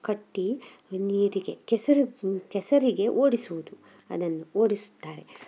ಕಟ್ಟಿ ನೀರಿಗೆ ಕೆಸರು ಕೆಸರಿಗೆ ಓಡಿಸುವುದು ಅದನ್ನು ಓಡಿಸುತ್ತಾರೆ